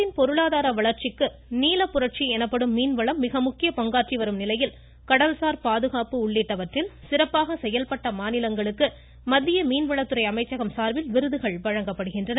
நாட்டின் பொருளாதார வளர்ச்சிக்கு நீலப்புரட்சி எனப்படும் மீன்வளம் மிக முக்கிய பங்காற்றி வரும் நிலையில் கடல்சார் பாதுகாப்பு உள்ளிட்டவற்றில் சிறப்பாக செயல்பட்ட மாநிலங்களுக்கு மத்திய மீன்வளத்துறை அமைச்சகம் சார்பில் விருதுகள் வழங்கப்படுகின்றன